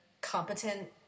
competent